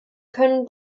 können